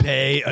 Pay